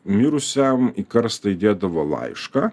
mirusiam į karstą įdėdavo laišką